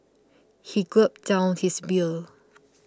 he gulped down his beer